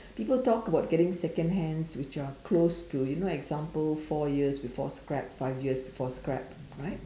people talk about getting second hands which are close to you know example four years before scrap five years before scrap right